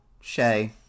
Shay